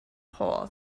hole